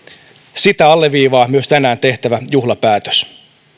sitä alleviivaa myös tänään tehtävä juhlapäätös